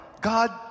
God